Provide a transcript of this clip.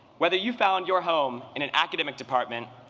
whether you found your home in an academic department,